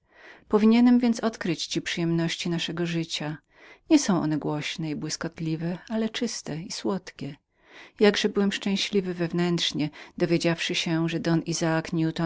powinienem więc odkryć ci przyjemności naszego życia są one nieznane i nie błyskotliwe ale czyste i słodkie jakże byłem szczęśliwy wewnętrznie dowiedziawszy się że don izaak newton